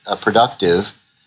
productive